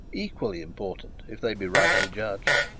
equally important if they be rightly judged,